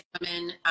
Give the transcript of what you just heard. women